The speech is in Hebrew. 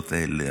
השאלות האלה,